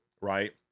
Right